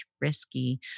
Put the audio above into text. risky